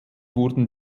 wurden